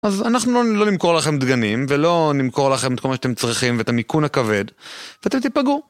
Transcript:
אז אנחנו לא נמכור לכם דגנים, ולא נמכור לכם את כל מה שאתם צריכים, ואת המיכון הכבד. ואתם תיפגעו.